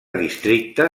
districte